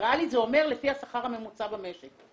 וריאלית זה אומר לפי השכר הממוצע במשק.